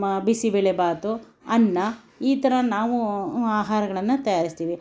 ಮ ಬಿಸಿ ಬೇಳೆ ಬಾತು ಅನ್ನ ಈ ಥರ ನಾವು ಆಹಾರಗಳನ್ನು ತಯಾರಿಸ್ತೀವಿ